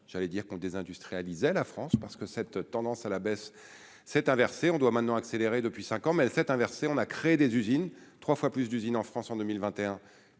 j'allais dire qu'désindustrialisé la France parce que cette tendance à la baisse s'est inversée, on doit maintenant accélérer depuis 5 ans, elle s'est inversée, on a créé des usines, 3 fois plus d'usines en France en 2021,